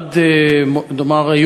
נאמר,